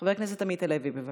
חבר הכנסת עמית הלוי, בבקשה.